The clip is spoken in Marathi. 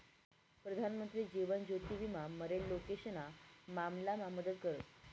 प्रधानमंत्री जीवन ज्योति विमा मरेल लोकेशना मामलामा मदत करस